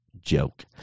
joke